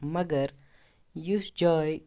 مگر یُس جاے